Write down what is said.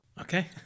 okay